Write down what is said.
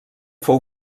fou